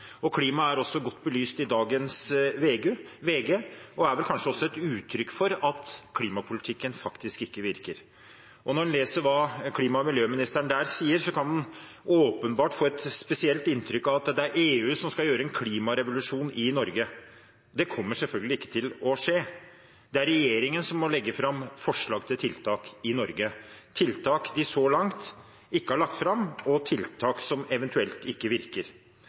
Klimaet er også godt belyst i dagens VG og er vel også et uttrykk for at klimapolitikken faktisk ikke virker. Når en leser hva klima- og miljøministeren der sier, kan en åpenbart få et spesielt inntrykk av at det er EU som skal gjøre en klimarevolusjon i Norge. Det kommer selvfølgelig ikke til å skje. Det er regjeringen som må legge fram forslag til tiltak i Norge – tiltak de så langt ikke har lagt fram, og tiltak som eventuelt ikke virker.